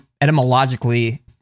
etymologically